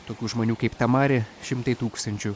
tokių žmonių kaip tamari šimtai tūkstančių